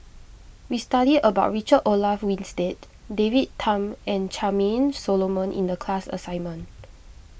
we studied about Richard Olaf Winstedt David Tham and Charmaine Solomon in the class assignment